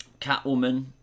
Catwoman